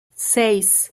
seis